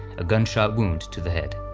a gunshot wound to the head.